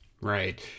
right